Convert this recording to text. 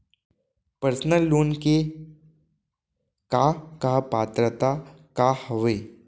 Personal loan ले के का का पात्रता का हवय?